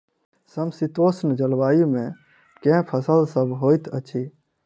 समशीतोष्ण जलवायु मे केँ फसल सब होइत अछि?